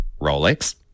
Rolex